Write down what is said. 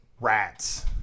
rats